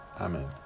Amen